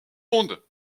monde